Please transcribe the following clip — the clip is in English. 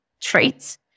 traits